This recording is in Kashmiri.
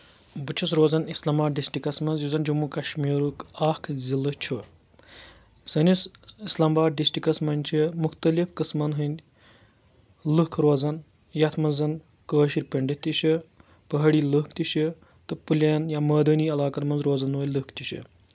بہٕ چھُس روزان اسلام آباد ڈسٹرکس منٛز یُس زن جموں کشمیٖرُک اکھ ضلعہٕ چھُ سٲنِس اسلام باد ڈسٹکس منٛز چھُ مُختلِف قٕسمَن ہٕنٛدۍ لُکھ روزان یتھ منٛز زن کٲشِر پٔنٛڈِتھ تہِ چھِ پہٲڑی لُکھ تہِ چھِ تہٕ پٔلین یِم مٲدٲنی علاقن منٛز روزن وٲلۍ لٕکھ تہِ چھِ